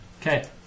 Okay